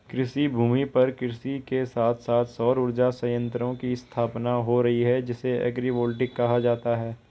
कृषिभूमि पर कृषि के साथ साथ सौर उर्जा संयंत्रों की स्थापना हो रही है जिसे एग्रिवोल्टिक कहा जाता है